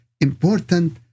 important